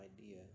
idea